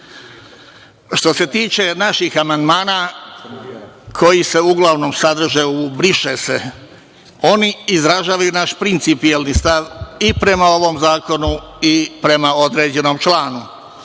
se tiče naših amandmana koji se uglavnom sadrže u „briše se“, oni izražavaju naš principijelni stav i prema ovom zakonu i prema određenom članu,